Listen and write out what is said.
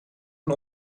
een